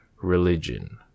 religion